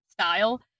style